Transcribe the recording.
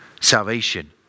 salvation